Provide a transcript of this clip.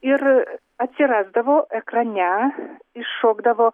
ir atsirasdavo ekrane iššokdavo